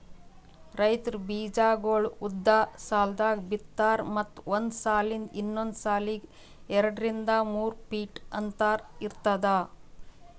ರೈತ್ರು ಬೀಜಾಗೋಳ್ ಉದ್ದ್ ಸಾಲ್ದಾಗ್ ಬಿತ್ತಾರ್ ಮತ್ತ್ ಒಂದ್ ಸಾಲಿಂದ್ ಇನ್ನೊಂದ್ ಸಾಲಿಗ್ ಎರಡರಿಂದ್ ಮೂರ್ ಫೀಟ್ ಅಂತರ್ ಇರ್ತದ